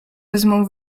wezmą